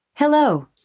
Hello